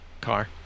car